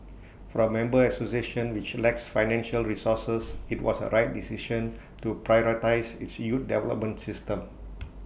for A member association which lacks financial resources IT was A right decision to prioritise its youth development system